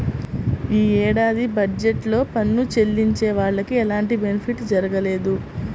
యీ ఏడాది బడ్జెట్ లో పన్ను చెల్లించే వాళ్లకి ఎలాంటి బెనిఫిట్ జరగలేదు